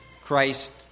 Christ